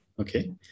Okay